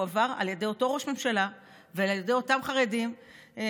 הוא עבר על ידי אותו ראש ממשלה ועל ידי אותם חרדים שהיו,